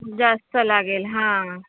जास्त लागेल हां